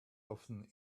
often